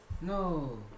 No